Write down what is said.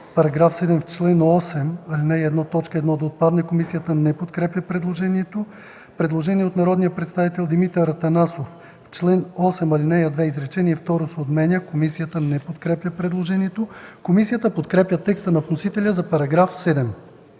„В § 7, в чл. 8, ал. 1 т. 1 да отпадне.” Комисията не подкрепя предложението. Предложение от народния представител Димитър Атанасов: „В чл. 8, ал. 2 изречение второ се отменя.” Комисията не подкрепя предложението. Комисията подкрепя текста на вносителя за § 7.